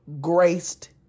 graced